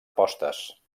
postes